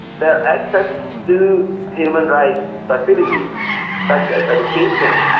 their access to human rights facilities such as education,